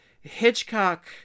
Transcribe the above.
Hitchcock